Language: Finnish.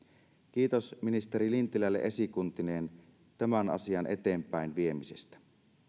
kiitos ministeri lintilälle esikuntineen tämän asian eteenpäinviemisestä